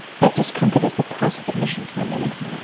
but discomfort is the price of admission to a meaningful